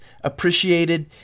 appreciated